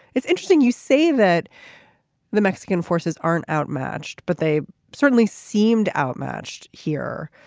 it's interesting you say that the mexican forces aren't outmatched but they certainly seemed outmatched here.